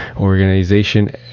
organization